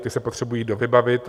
Ty se potřebují dovybavit.